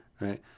right